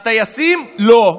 והטייסים, לא.